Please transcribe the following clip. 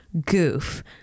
goof